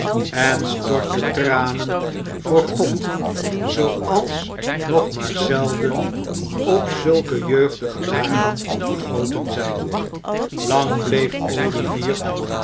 en stortte tranen voor god zooals nog maar zelden op zulke jeugdige jaren vergoten zijn lang bleef olivier